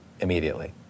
immediately